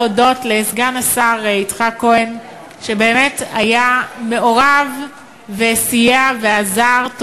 להודות לסגן השר יצחק כהן שבאמת היה מעורב וסייע ועזר,